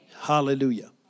Hallelujah